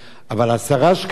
אבל 10 לפחות,